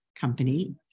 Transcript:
Company